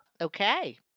Okay